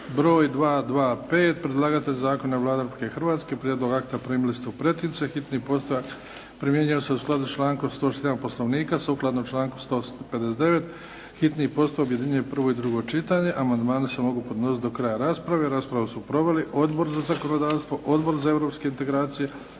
broj 225. Predlagatelj zakona je Vlada Republike Hrvatske. Prijedlog akta primili ste u pretince. Hitni postupak primjenjuje se u skladu s člankom 161. Poslovnika sukladno članku 159. Hitni postupak objedinjuje prvo i drugo čitanje. Amandmani se mogu podnositi do kraja rasprave. Raspravu su proveli: Odbor za zakonodavstvo, Odbor za europske integracije,